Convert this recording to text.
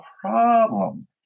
problem